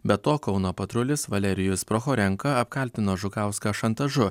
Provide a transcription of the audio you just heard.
be to kauno patrulis valerijus prochorenka apkaltino žukauską šantažu